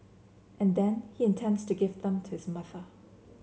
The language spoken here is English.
and then he intends to give them to his mother